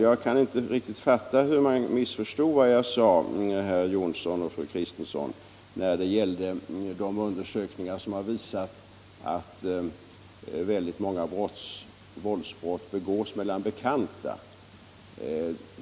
Jag kan inte riktigt fatta hur man kan missförstå vad jag sade, herr Jonsson i Alingsås och fru Kristensson, när det gällde de undersökningar som visar att väldigt många våldsbrott begås mellan bekanta.